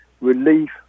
relief